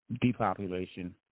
depopulation